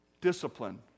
Discipline